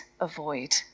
avoid